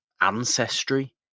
ancestry